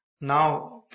Now